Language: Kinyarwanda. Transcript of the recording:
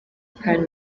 khan